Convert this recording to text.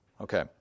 Okay